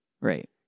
Right